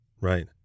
Right